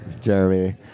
Jeremy